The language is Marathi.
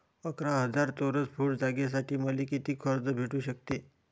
अकरा हजार चौरस फुट जागेसाठी मले कितीक कर्ज भेटू शकते?